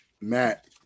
Matt